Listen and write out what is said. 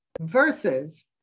versus